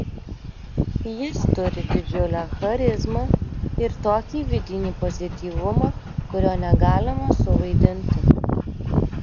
jis turi didžiulę charizmą ir tokį vidinį pozityvumą kurio negalima suvaidinti